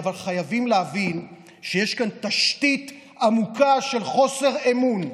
אבל חייבים להבין שיש כאן תשתית עמוקה של חוסר אמון,